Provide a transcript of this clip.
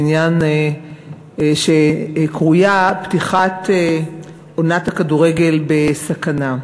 בעניין שקרוי: פתיחת עונת הכדורגל בסכנה.